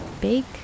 bake